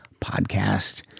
podcast